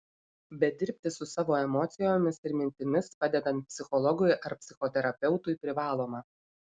bet dirbti su savo emocijomis ir mintimis padedant psichologui ar psichoterapeutui privaloma